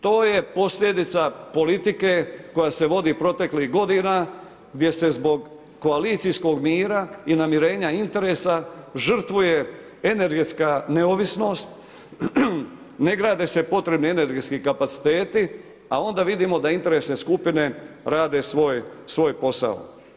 To je posljedica politike koja se vodi proteklih godina, gdje se zbog koalicijskog mira i namirenja interesa žrtvuje energetska neovisnost, ne grade se potrebni energetski kapacitete, a onda vidimo da interesne skupine rade svoj posao.